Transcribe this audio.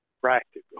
practical